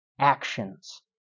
actions